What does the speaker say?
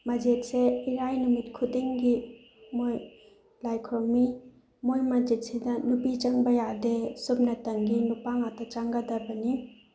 ꯃꯖꯤꯠꯁꯦ ꯏꯔꯥꯏ ꯅꯨꯃꯤꯠ ꯈꯨꯗꯤꯡꯒꯤ ꯃꯣꯏ ꯂꯥꯏ ꯈꯣꯏꯔꯝꯃꯤ ꯃꯣꯏ ꯃꯁꯖꯤꯠꯁꯤꯗ ꯅꯨꯄꯤ ꯆꯪꯕ ꯌꯥꯗꯦ ꯁꯨꯝꯅꯇꯪꯒꯤ ꯅꯨꯄꯥ ꯉꯥꯛꯇ ꯆꯪꯒꯗꯕꯅꯤ